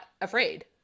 afraid